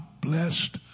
blessed